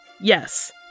Yes